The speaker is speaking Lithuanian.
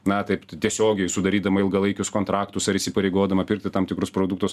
na taip tiesiogiai sudarydama ilgalaikius kontraktus ar įsipareigodama pirkti tam tikrus produktus